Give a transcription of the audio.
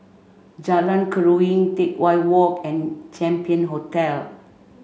Jalan Keruing Teck Whye Walk and Champion Hotel